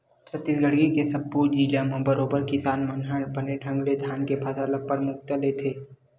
छत्तीसगढ़ के सब्बो जिला म बरोबर किसान मन ह बने ढंग ले धान के फसल ल परमुखता ले लेथे